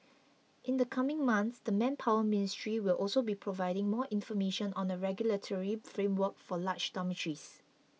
in the coming months the Manpower Ministry will also be providing more information on a regulatory framework for large dormitories